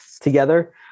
together